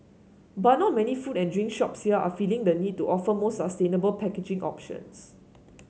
but not many food and drink shops here are feeling the need to offer more sustainable packaging options